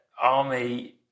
army